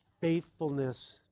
faithfulness